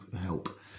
help